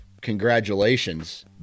congratulations